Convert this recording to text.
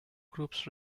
groups